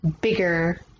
bigger